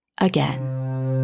again